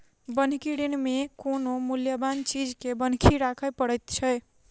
बन्हकी ऋण मे कोनो मूल्यबान चीज के बन्हकी राखय पड़ैत छै